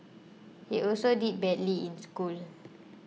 he also did badly in school